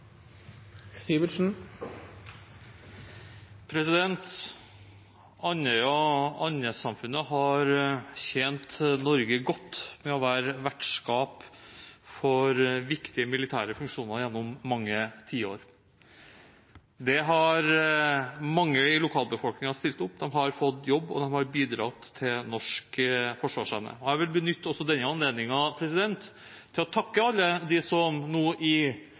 Andøya og Andenes-samfunnet har tjent Norge godt ved å være vertskap for viktige militære funksjoner gjennom mange tiår. Der har mange i lokalbefolkningen stilt opp. De har fått jobb, og de har bidratt til norsk forsvarsevne. Jeg vil benytte også denne anledningen til å takke alle dem som nå i